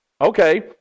okay